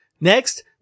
Next